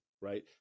Right